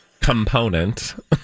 Component